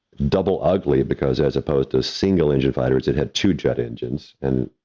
double ugly, because as opposed to single engine fighters that had two jet engines, and